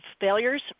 failures